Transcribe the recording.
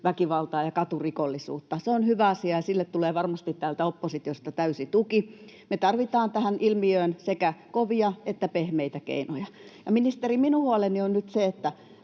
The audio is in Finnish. jengiväkivaltaa ja katurikollisuutta. Se on hyvä asia, ja sille tulee varmasti täältä oppositiosta täysi tuki. Me tarvitaan tähän ilmiöön sekä kovia että pehmeitä keinoja. Ministeri, minun huoleni on nyt se,